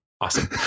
awesome